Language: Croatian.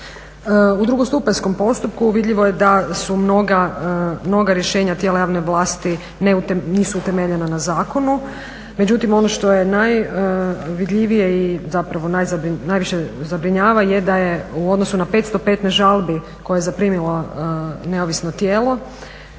U drugostupanjskom postupku vidljivo je da su mnoga rješenja tijela javne vlasti nisu utemeljena na zakonu, međutim ono što je najvidljivije i zapravo najviše zabrinjava je da je u odnosu na 515 žalbi koje je zaprimilo neovisno tijelo